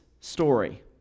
story